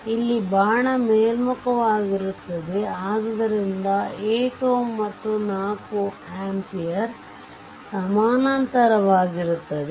ಇಲ್ಲಿ ಬಾಣ ಮೇಲ್ಮುಖವಾಗಿರುತ್ತದೆ ಆದ್ದರಿಂದ ಈ 8 Ω ಮತ್ತು 4 ampere ಸಮಾನಾಂತರವಾಗಿರುತ್ತದೆ